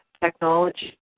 technology